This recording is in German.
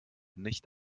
nicht